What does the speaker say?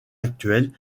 actuelle